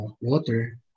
water